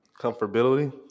comfortability